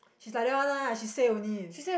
she's like that one lah she say only